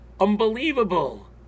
unbelievable